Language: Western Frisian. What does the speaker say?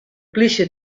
plysje